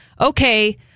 Okay